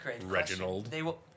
Reginald